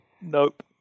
Nope